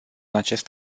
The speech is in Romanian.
acest